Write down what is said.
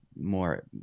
more